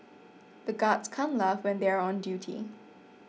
the guards can't laugh when they are on duty